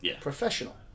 professional